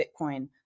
Bitcoin